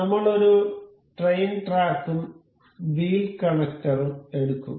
നമ്മൾ ഒരു ട്രെയിൻ ട്രാക്കും വീൽ കണക്ടറും എടുക്കും